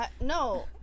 No